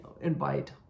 invite